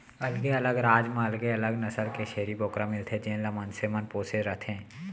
अलग अलग राज म अलगे अलग नसल के छेरी बोकरा मिलथे जेन ल मनसे मन पोसे रथें